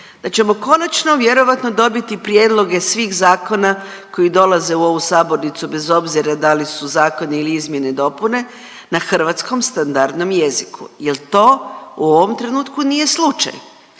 Da ćemo konačno vjerojatno dobiti prijedloge svih zakona koji dolaze u ovu sabornicu bez obzira da li su zakoni ili izmjene i dopune na hrvatskom standardnom jeziku jer to u ovom trenutku nije slučaj.